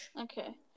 Okay